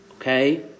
Okay